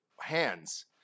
hands